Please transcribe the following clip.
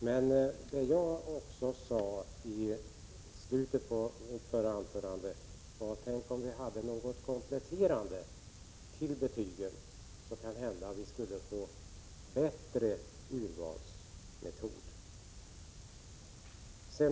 Men vad jag också sade i slutet av mitt förra inlägg var, att om vi hade något som kompletterade betygen, skulle vi kanske också få bättre urvalsmetoder.